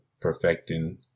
perfecting